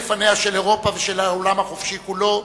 כפניה של אירופה ושל העולם החופשי כולו,